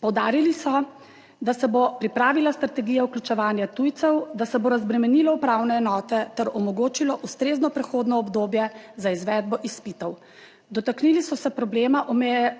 Poudarili so, da se bo pripravila strategija vključevanja tujcev, da se bo razbremenilo upravne enote ter omogočilo ustrezno prehodno obdobje za izvedbo izpitov. Dotaknili so se problema